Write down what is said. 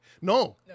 No